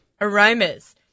aromas